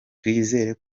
twizera